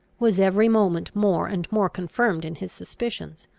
was every moment more and more confirmed in his suspicions.